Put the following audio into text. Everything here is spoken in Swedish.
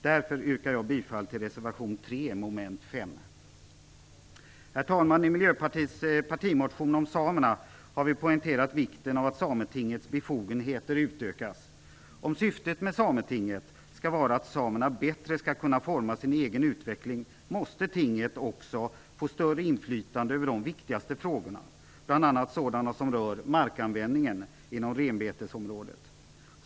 Därför yrkar jag bifall till reservation 3, mom. 5. Herr talman! I Miljöpartiets partimotion om samerna poängterar vi vikten av att Sametingets befogenheter utökas. Om syftet med Sametinget skall vara att samerna bättre skall kunna forma sin egen utveckling måste tinget också få större inflytande över de viktigaste frågorna, bl.a. frågor som rör markanvändningen inom renbetesområdet.